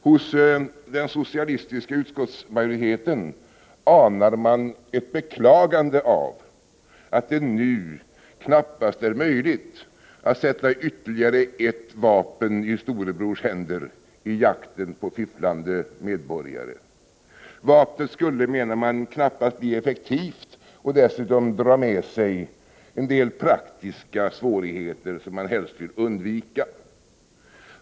Hos den socialistiska utskottsmajoriteten anar man ett beklagande av att det nu knappast är möjligt att sätta ytterligare ett vapen i storebrors händer i jakten på fifflande medborgare. Vapnet skulle, menar man, knappast bli effektivt, och dessutom skulle det dra med sig en del praktiska svårigheter, som man helst vill undvika.